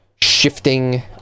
shifting